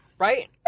right